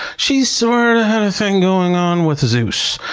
she sort of thing going on with zeus,